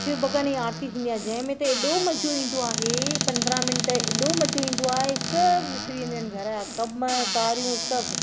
शिव भॻवान ई आरिती थींदी आहे जंहिं में ते एॾो मज़ो ईंदो आहे पंद्रहं मिंट एॾो मज़ो ईंदो आहे सभु विसरी वेंदी आहिनि घर जा कम कारियूं सभु